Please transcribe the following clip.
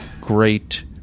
great